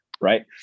right